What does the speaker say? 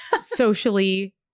socially